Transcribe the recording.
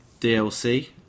DLC